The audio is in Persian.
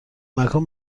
مکان